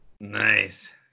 Nice